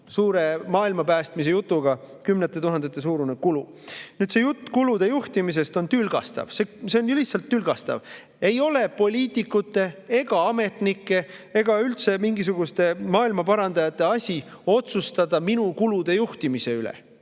suure maailmapäästmise jutuga kümnete tuhandete suurune kulu. Jutt kulude juhtimisest on tülgastav. See on lihtsalt tülgastav. Ei ole poliitikute ega ametnike ega üldse mingisuguste maailmaparandajate asi otsustada minu kulude juhtimise üle.